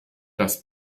dass